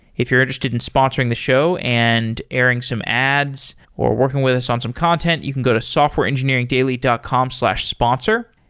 if you're interested in sponsoring the show and airing some ads or working with us on some content, you can go to softwareengineeringdaily dot com sponsor,